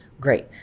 great